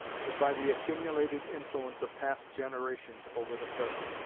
but by the accumulated influence of past generations over the present.